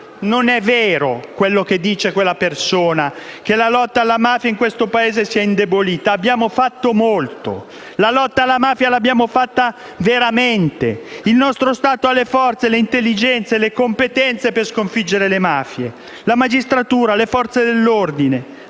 non è vero quello che dice quella persona, e cioè che la lotta alla mafia in questo Paese si è indebolita. Abbiamo fatto molto; la lotta alla mafia l'abbiamo fatta veramente; il nostro Stato ha le forze, le intelligenze, le competenze per sconfiggere le mafie. La magistratura e le Forze dell'ordine,